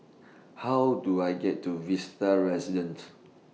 How Do I get to Vista Residences